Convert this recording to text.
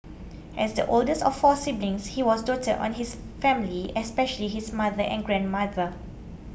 as the oldest of four siblings he was doted on his family especially his mother and grandmother